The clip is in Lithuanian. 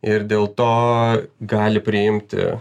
ir dėl to gali priimti